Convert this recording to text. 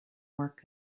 work